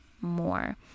more